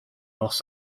los